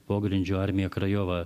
pogrindžio armija krajova